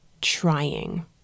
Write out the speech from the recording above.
trying